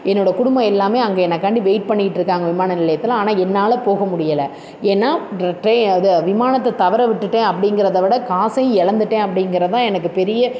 என்னோடய குடும்பம் எல்லாமே அங்கே எனக்காண்டி வெயிட் பண்ணிக்கிட்டிருக்காங்க விமான நிலையத்தில் ஆனால் என்னால் போக முடியலை ஏன்னால் ட்ரை அது விமானத்தை தவற விட்டுவிட்டேன் அப்படிங்கறத விட காசையும் இழந்துட்டேன் அப்படிங்கறது தான் எனக்கு பெரிய